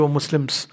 Muslim's